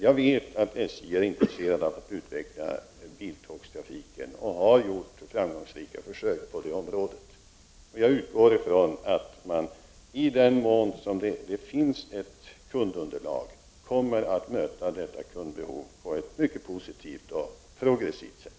Jag vet att SJ är intresserat av att utveckla biltågssystem och har gjort framgångsrika försök på detta område. Jag utgår från att man i den mån det finns ett kundunderlag kommer att möta detta kundbehov på ett mycket positivt och progressivt sätt.